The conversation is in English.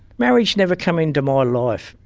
marriage never come into my life.